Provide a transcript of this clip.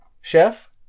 chef